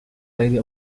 lady